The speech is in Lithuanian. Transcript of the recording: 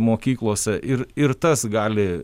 mokyklose ir ir tas gali